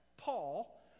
Paul